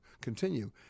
continue